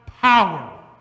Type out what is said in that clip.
power